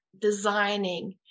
designing